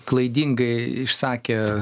klaidingai išsakė